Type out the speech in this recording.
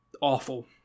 awful